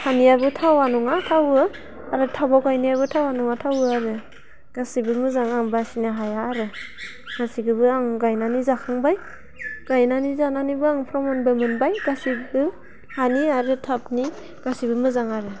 हानियाबो थावा नङा थावो आरो टाबाव गायनायाबो थावा नङा थावो आरो गासिबो मोजां आं बासिनो हाया आरो गासिखौबो आं गायनानै जाखांबाय गायनानै जानानैबो आं प्रमानबो मोनबाय गासैबो हानि आरो टाबनि गासैबो मोजां आरो